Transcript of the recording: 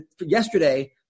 yesterday